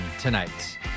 tonight